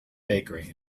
bakery